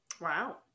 wow